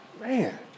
man